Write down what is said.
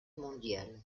mondiale